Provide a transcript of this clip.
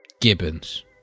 Gibbons